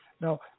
Now